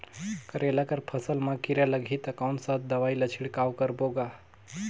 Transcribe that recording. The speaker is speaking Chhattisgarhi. करेला कर फसल मा कीरा लगही ता कौन सा दवाई ला छिड़काव करबो गा?